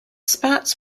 spats